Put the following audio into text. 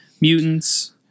mutants